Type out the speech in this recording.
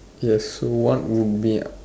ya so what would be